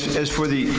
as for the,